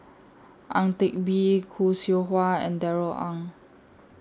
Ang Teck Bee Khoo Seow Hwa and Darrell Ang